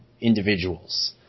individuals